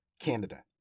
Canada